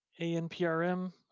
ANPRM